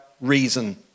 reason